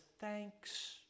thanks